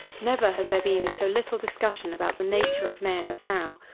never has there been so little discussion about the nature of men as now,